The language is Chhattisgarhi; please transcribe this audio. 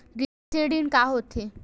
कृषि ऋण का होथे?